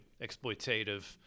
exploitative